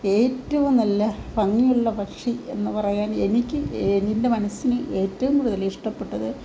എറ്റവും നല്ല ഭംഗിയുള്ള പക്ഷി എന്ന് പറയാൻ എനിക്ക് എന്റെ എന്റെ മനസ്സിന് എറ്റവും കൂടുതലിഷ്ടപെട്ടത്